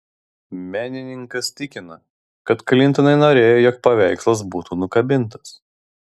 menininkas tikina kad klintonai norėjo jog paveikslas būtų nukabintas